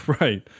right